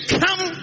come